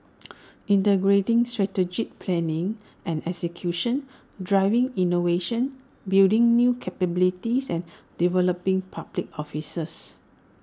integrating strategic planning and execution driving innovation building new capabilities and developing public officers